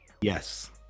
Yes